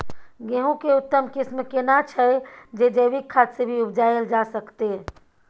गेहूं के उत्तम किस्म केना छैय जे जैविक खाद से भी उपजायल जा सकते?